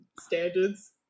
standards